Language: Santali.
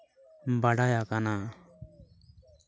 ᱵᱟᱰᱟᱭ ᱟᱠᱟᱱᱟ